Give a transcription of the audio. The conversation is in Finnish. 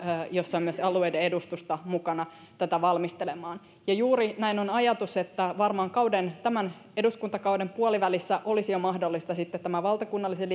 jossa on myös alueiden edustusta mukana tätä valmistelemaan ja juuri näin on ajatus että varmaan tämän eduskuntakauden puolivälissä olisi jo mahdollista sitten tämän valtakunnallisen